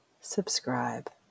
subscribe